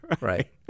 right